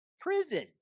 prison